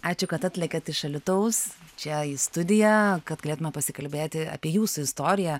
ačiū kad atlėkėt iš alytaus čia į studiją kad galėtume pasikalbėti apie jūsų istoriją